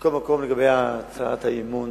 מכל מקום, לגבי הצעת האי-אמון,